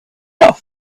not